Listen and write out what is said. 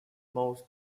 most